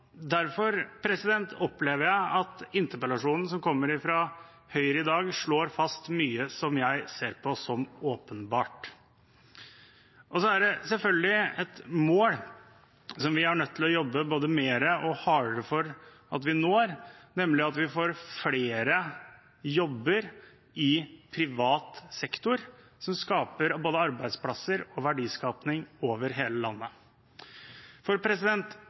Derfor opplever jeg at interpellasjonen som kommer fra Høyre i dag, slår fast mye som jeg ser på som åpenbart. Et mål som vi selvfølgelig er nødt til å jobbe både mer og hardere for å nå, er å få flere jobber i privat sektor som skaper både arbeidsplasser og verdiskaping over hele landet.